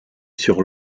sur